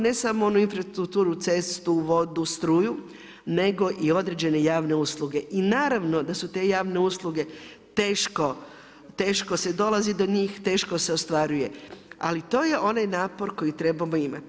Ne samo onu infrastrukturu cestu, vodu, struju nego i određene javne usluge i naravno da su te javne usluge teško se dolazi do njih, teško se ostvaruje ali to je onaj napor koji trebamo imati.